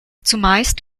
zumeist